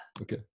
Okay